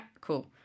cool